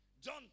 John